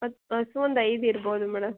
ಮತ್ತೆ ಹಸು ಒಂದು ಐದು ಇರ್ಬೋದು ಮೇಡಮ್